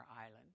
island